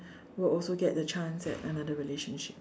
will also get a chance at another relationship